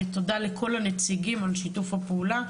ותודה לכל הנציגים על שיתוף הפעולה,